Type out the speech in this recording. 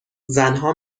زنها